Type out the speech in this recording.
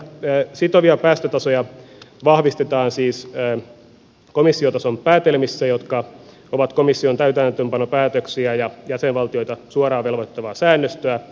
näitä sitovia päästötasoja vahvistetaan siis komissiotason päätelmissä jotka ovat komission täytäntöönpanopäätöksiä ja jäsenvaltioita suoraan velvoittavaa säännöstöä